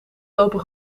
lopen